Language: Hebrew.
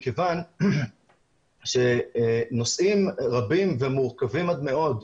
מכיוון שנושאים רבים ומורכבים עד מאוד,